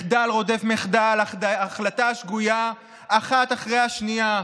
מחדל רודף מחדל, החלטה שגויה אחת אחרי השנייה.